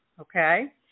okay